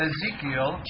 Ezekiel